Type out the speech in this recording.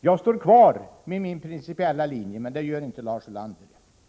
Jag står kvar vid min principiella linje, men det gör inte Lars Ulander.